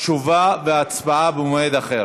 תשובה והצבעה במועד אחר.